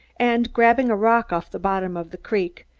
and, grabbing a rock off the bottom of the creek,